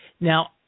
Now